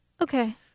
Okay